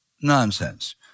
Nonsense